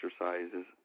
exercises